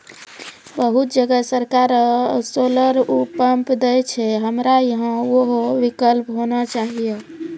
बहुत जगह सरकारे सोलर पम्प देय छैय, हमरा यहाँ उहो विकल्प होना चाहिए?